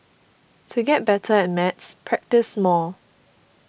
to get better at maths practise more